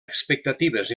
expectatives